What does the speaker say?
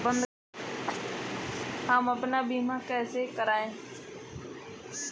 हम अपना बीमा कैसे कराए?